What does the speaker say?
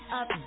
up